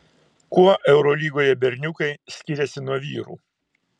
kuo eurolygoje berniukai skiriasi nuo vyrų